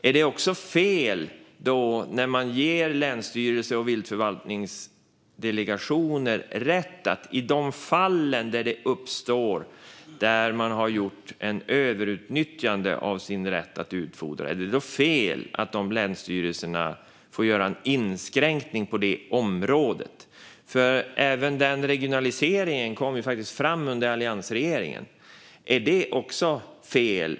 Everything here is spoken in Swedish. Är det fel att ge länsstyrelser och viltförvaltningsdelegationer rätt att göra en inskränkning på detta område i de fall där rätten att utfodra har överutnyttjats? Även denna regionalisering kom ju faktiskt fram under alliansregeringen. Är det också fel?